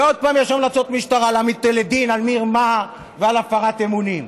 ועוד פעם יש המלצות משטרה להעמיד אותו לדין על מרמה ועל הפרת אמונים.